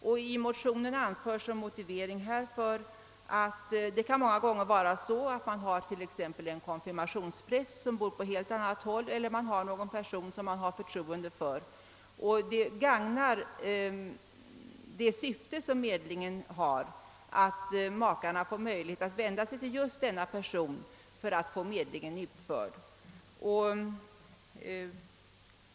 Som motivering anförs att vederbörande kan vilja vända sig till exempelvis en konfirmationspräst som bor på helt annat håll eller till någon annan person som man har särskilt förtroende för. Det gagnar säkert medlingens syfte om makarna får möjlighet att vända sig till just en sådan person för att få medlingen utförd.